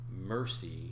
mercy